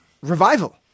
revival